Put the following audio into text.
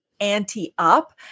Anti-Up